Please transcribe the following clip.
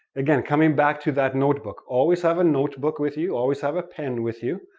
again, coming back to that notebook, always have a notebook with you, always have a pen with you,